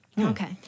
Okay